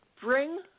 bring